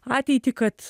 ateitį kad